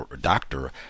Doctor